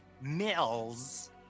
mills